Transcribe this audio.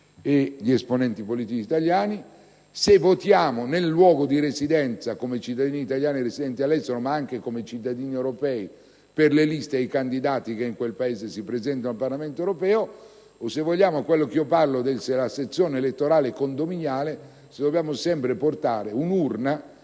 e gli esponenti politici italiani; o nel luogo di residenza come cittadini italiani residenti all'estero, ma anche come cittadini europei per le liste e i candidati che in quel Paese si presentano al Parlamento europeo; o nel modello che definisco di "sezione elettorale condominiale", cioè portando sempre un'urna,